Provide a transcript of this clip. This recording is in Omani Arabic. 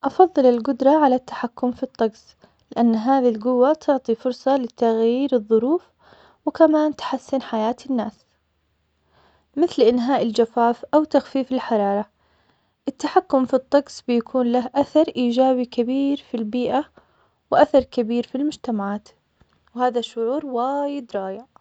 أفضل القدرة على التحكم في الطقس, لأ هذه القوة تعطي فرصة لتغيير الظروف, وكمان تحسن حياة الناس, مثل إنهاء الجفاف أو تغيير الحرارة, التحكم بالطقس بيكون له أثرإيجابي كبير في البيئة, وأثر كبير في المحتمعات, وهذا شعور وايد رائع.